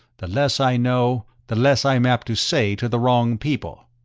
the less i know, the less i'm apt to say to the wrong people.